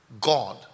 God